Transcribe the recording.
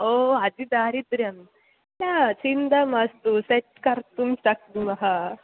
ओ अति दारिद्र्यं न चिन्ता मास्तु सेट् कर्तुं शक्नुमः